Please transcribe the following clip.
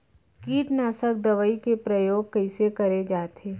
कीटनाशक दवई के प्रयोग कइसे करे जाथे?